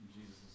Jesus